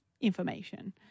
information